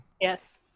Yes